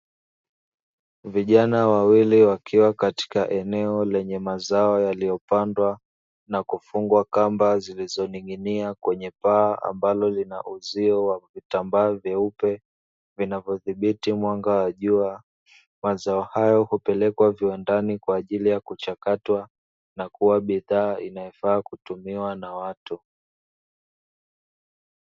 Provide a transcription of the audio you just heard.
Vijana wawili wakiwa katika eneo lenye mazao yaliyopandwa na kufungwa kamba zilizoning'inia kwenye paa ambalo linauzio wa vitambaa vyeupe, vinavyodhibiti mwanga wa jua. Mazao hayo hupelekwa viwandani kwaajili ya kuchakatwa nakuwa bidhaa inayofaa kutumiwa na watu.